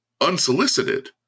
unsolicited